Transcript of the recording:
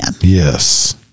Yes